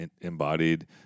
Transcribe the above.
embodied